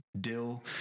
Dill